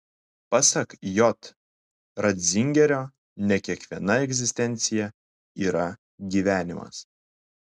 pasak j ratzingerio ne kiekviena egzistencija yra gyvenimas